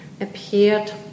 appeared